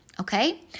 Okay